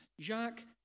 Jacques